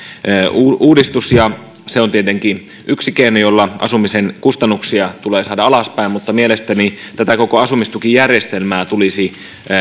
uudistus ja se on tietenkin yksi keino jolla asumisen kustannuksia tulee saada alaspäin mutta mielestäni tätä koko asumistukijärjestelmää tulisi